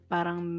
Parang